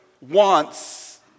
wants